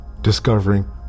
discovering